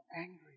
angry